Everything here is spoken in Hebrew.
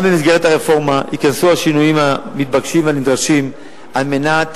גם במסגרת הרפורמה ייכנסו השינויים המתבקשים והנדרשים על מנת